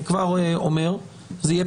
אני לא אומר את זה בציניות,